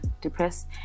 depressed